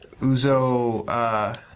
Uzo